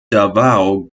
davao